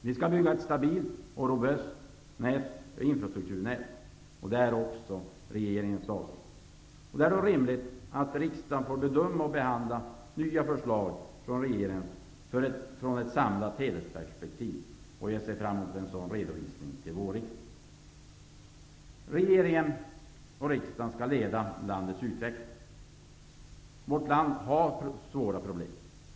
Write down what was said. Vi skall bygga ett stabilt och robust infrastrukturnät. Det är också regeringens avsikt. Det är rimligt att riksdagen då får bedöma och behandla nya förslag från regeringen ur ett samlat helhetsperspektiv. Jag ser fram mot en sådan redovisning till vårriksdagen. Regeringen och riksdagen skall leda landets utveckling. Vårt land har svåra problem.